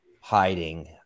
hiding